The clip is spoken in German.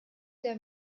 der